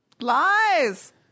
lies